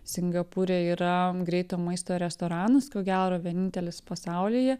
singapūre yra greito maisto restoranas ko gero vienintelis pasaulyje